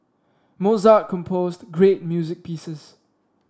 Mozart composed great music pieces